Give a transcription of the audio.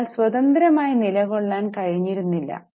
അതിനാൽ സ്വന്തന്ത്രമായി നിലകൊള്ളാൻ കഴിഞ്ഞിരുന്നില്ല